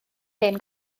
hen